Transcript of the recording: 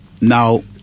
now